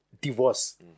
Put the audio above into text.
divorce